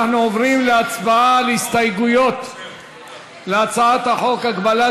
אנחנו עוברים להצבעה על ההסתייגות להצעת חוק הגבלת